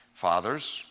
Fathers